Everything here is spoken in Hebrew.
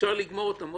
שאפשר לגמור אותם.